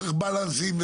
צריך בלנסים,